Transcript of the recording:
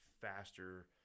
faster